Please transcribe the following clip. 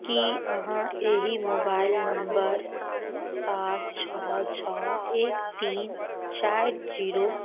की अहाँ एहि mobile number सात छओ छओ एक तीन चारि जीरो